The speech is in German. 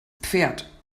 pferd